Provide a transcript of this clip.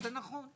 זה נכון.